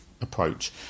approach